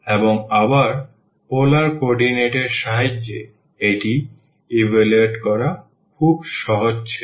এবং আবার polar coordinate এর সাহায্যে এটি ইভালুয়েট করা খুব সহজ ছিল